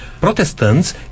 Protestants